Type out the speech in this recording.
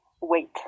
Wait